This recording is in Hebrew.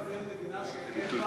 אני לא מתכוון למדינה שאין בה ערבים,